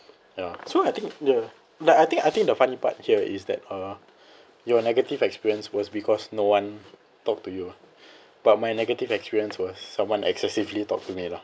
ya so I think ya like I think I think the funny part here is that uh your negative experience was because no one talk to you ah but my negative experience was someone excessively talk to me lah